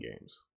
games